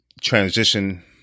transition